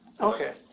Okay